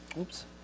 oops